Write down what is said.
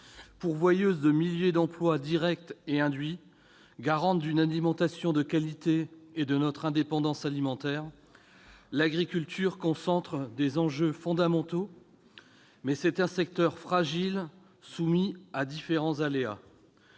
Pourvoyeuse de milliers d'emplois directs et induits, garante d'une alimentation de qualité et de notre indépendance alimentaire, l'agriculture concentre des enjeux fondamentaux, mais elle est aussi un secteur fragile, soumis à différents aléas.